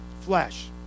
flesh